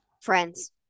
friends